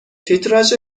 تیتراژ